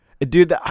dude